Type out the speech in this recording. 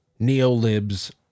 Neolibs